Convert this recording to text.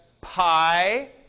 PI